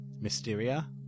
Mysteria